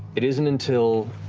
it isn't until